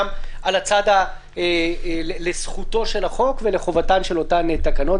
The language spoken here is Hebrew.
גם לזכותו של החוק ולחובתן של אותן תקנות.